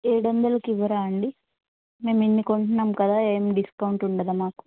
ఏడు వందలకి ఇవ్వరా అండి మేము ఇన్ని కొంటున్నాం కదా ఏం డిస్కౌంట్ ఉండదా మాకు